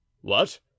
What